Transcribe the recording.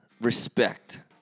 respect